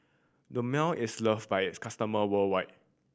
Dermale is loved by its customer worldwide